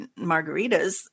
margaritas